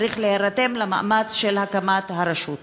צריך להירתם למאמץ של הקמת הרשות.